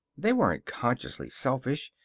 they weren't consciously selfish.